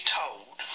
told